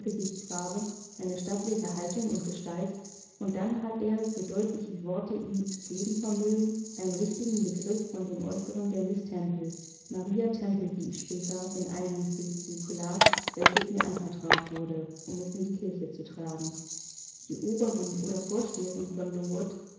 gesichtsfarbe eine stattliche haltung und gestalt und dann hat er so deutlich wie worte ihn zu geben vermögen einen richtigen begriff von dem äußeren der miß temple maria temple wie ich später einmal in einem gebetbuche las welches mir anvertraut wurde um es in die kirche zu tragen die oberin oder vorsteherin von